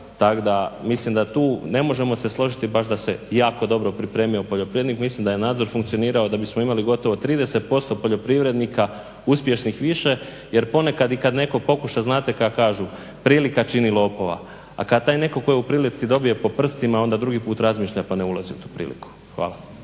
tako da. Mislim da tu ne možemo složiti baš da se jako dobro pripremio poljoprivrednik. Mislim da je nadzor funkcionirao da bi smo imali gotovo 30% poljoprivrednika uspješnih više jer ponekad i kad neko pokuša, znate kako kažu "Prilika čini lopova", a kad taj neko ko je u prilici dobije po prstima onda drugi put razmišlja pa ne ulazi u tu priliku. Hvala.